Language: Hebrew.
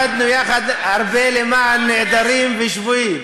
יחד הרבה למען נעדרים ושבויים.